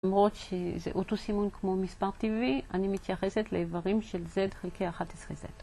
למרות שזה אוטוסימון כמו מספר טבעי, אני מתייחסת לאיברים של Z חלקי 11Z.